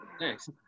Thanks